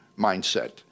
mindset